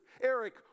Eric